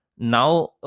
Now